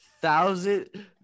Thousand